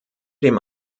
dem